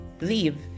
leave